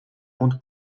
und